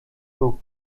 był